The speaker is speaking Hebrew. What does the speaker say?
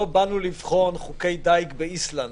לא באנו לבחון חוקי דיג באיסלנד.